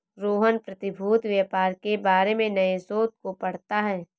रोहन प्रतिभूति व्यापार के बारे में नए शोध को पढ़ता है